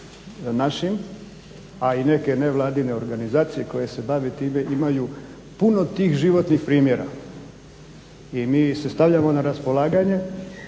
našim, a i neke nevladine organizacije koje se bave time imaju puno tih životnih primjera. I mi se stavljamo na raspolaganje